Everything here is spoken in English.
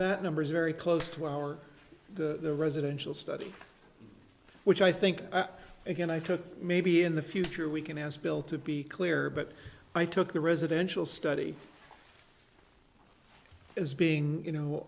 that number is very close to our the residential study which i think again i took maybe in the future we can ask bill to be clear but i took the residential study as being you know